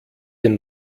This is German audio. den